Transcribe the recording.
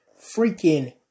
freaking